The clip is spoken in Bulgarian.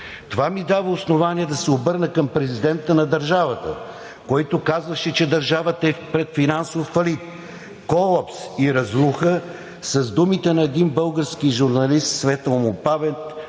Това ми дава основание да се обърна към президента на държавата, който казваше, че държавата е пред финансов фалит, колапс и разруха, с думите на един български журналист, светла му памет: